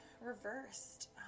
reversed